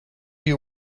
you